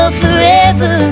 forever